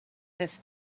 this